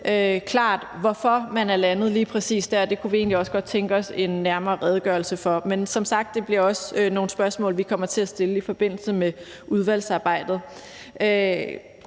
til, hvorfor man er landet lige præcis der. Det kunne vi egentlig også godt tænke os en nærmere redegørelse for. Men som sagt bliver det også nogle spørgsmål, vi kommer til at stille i forbindelse med udvalgsarbejdet.